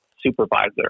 supervisor